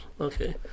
Okay